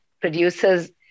producers